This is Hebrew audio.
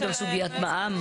יש פה סוגיית מע"מ,